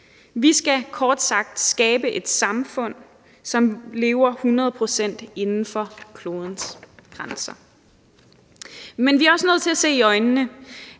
Vi skal kort sagt skabe et samfund, som lever hundrede procent inden for klodens grænser. Men vi er også nødt til at se i øjnene,